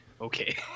okay